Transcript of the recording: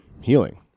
healing